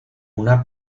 una